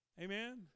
Amen